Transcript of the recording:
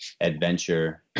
adventure